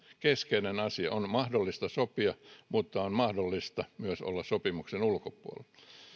keskeinen asia on mahdollista sopia mutta on mahdollista myös olla sopimuksen ulkopuolella